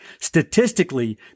statistically